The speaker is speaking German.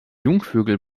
jungvögel